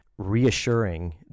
reassuring